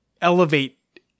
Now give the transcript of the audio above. elevate